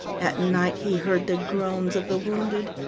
at night he heard the groans of the wounded.